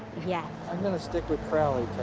yeah i'm gonna stick with crowley,